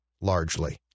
largely